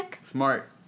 Smart